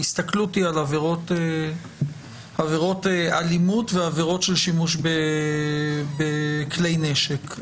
ההסתכלות היא על עבירות אלימותך ועבירות של שימוש בכלי נשק.